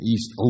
East